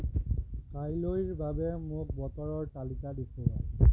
কাইলৈৰ বাবে মোক বতৰৰ তালিকা দেখুওৱা